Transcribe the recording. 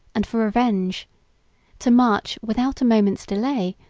and for revenge to march, without a moment's delay,